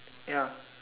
ya